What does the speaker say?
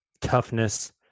toughness